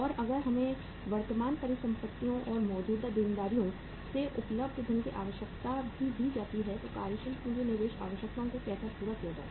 और अगर हमें वर्तमान परिसंपत्तियों और मौजूदा देनदारियों से उपलब्ध धन की आवश्यकता भी दी जाती है तो कार्यशील पूंजी निवेश आवश्यकताओं को कैसे पूरा किया जाए